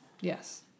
Yes